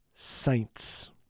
saints